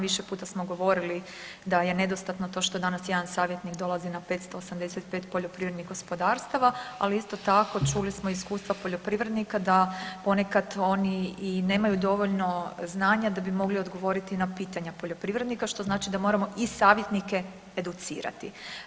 Više puta smo govorili da je nedostatno to što danas jedan savjetnik dolazi na 585 poljoprivrednih gospodarstava, ali isto tako čuli smo iskustva poljoprivrednika da ponekad oni i nemaju dovoljno znanja da bi mogli odgovoriti na pitanja poljoprivrednika što znači da moramo i savjetnike educirati.